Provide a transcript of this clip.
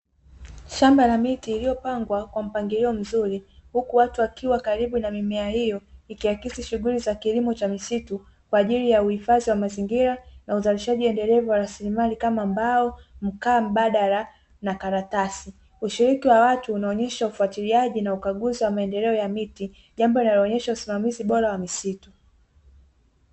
Shamba la miti iliyopangwa kwa mpangilio mzuri, huku watu wakiwa karibu na mimea hiyo, ikiakisi shughuli za kilimo cha misitu kwa ajili ya uhifadhi wa mazingira na uzalishaji endelevu wa rasilimali, kama mbao, mkaa mbadala na karatasi, ushiriki wa watu unaonyesha ufuatiliaji na ukaguzi wa maendeleo ya miti, jambo linaloonesha usimamizi bora wa misitu.